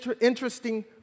interesting